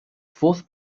fourth